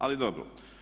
Ali dobro.